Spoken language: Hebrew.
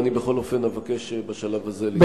אבל אני בכל אופן אבקש בשלב הזה לדחות את התשובה.